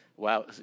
Wow